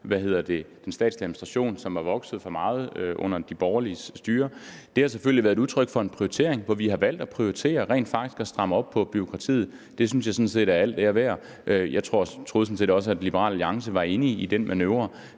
den statslige administration, som var vokset for meget under de borgerliges styre. Det har selvfølgelig været udtryk for en prioritering, hvor vi har valgt at prioritere rent faktisk at stramme op på bureaukratiet. Det synes jeg sådan set er al ære værd. Jeg troede sådan set også, at Liberal Alliance var enig i den manøvre.